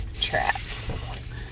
traps